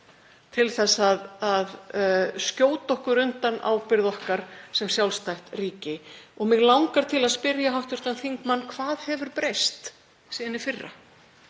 til að skjóta okkur undan ábyrgð okkar sem sjálfstætt ríki. Mig langar til að spyrja hv. þingmann: Hvað hefur breyst síðan í fyrra?